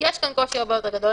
יש כאן קושי הרבה יותר גדול,